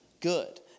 good